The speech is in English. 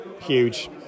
huge